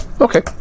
Okay